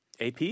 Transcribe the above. AP